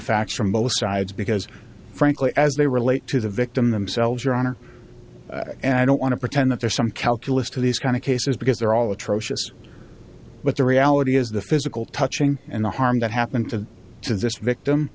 facts from both sides because frankly as they relate to the victim themselves your honor and i don't want to pretend that there's some calculus to these kind of cases because they're all atrocious but the reality is the physical touching and the harm that happened to to this victim